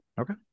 Okay